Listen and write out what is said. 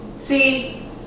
See